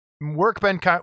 workbench